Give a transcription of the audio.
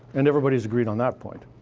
and everybody's agreed on that point.